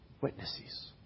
witnesses